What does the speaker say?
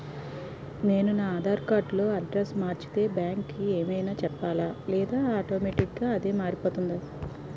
నేను నా ఆధార్ కార్డ్ లో అడ్రెస్స్ మార్చితే బ్యాంక్ కి ఏమైనా చెప్పాలా లేదా ఆటోమేటిక్గా అదే మారిపోతుందా?